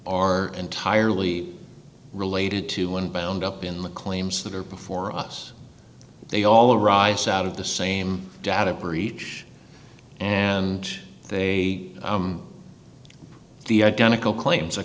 are entirely related to one bound up in the claims that are before us they all arise out of the same data breach and they the identical claims